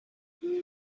there